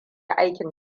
aikin